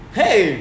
hey